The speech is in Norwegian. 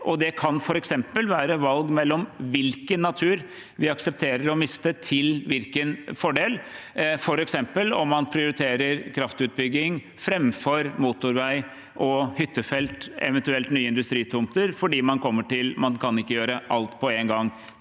Det kan f.eks. være valg mellom hvilken natur vi aksepterer å miste, til hvilken fordel, f.eks. om man prioriterer kraftutbygging framfor motorvei, hyttefelt og eventuelt nye industritomter, fordi man kommer til at man ikke kan gjøre alt på en gang.